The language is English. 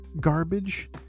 garbage